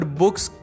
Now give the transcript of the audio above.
books